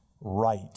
right